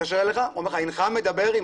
מתקשר אליך ואומר הנך מדבר עם